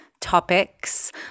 topics